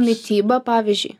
mityba pavyzdžiui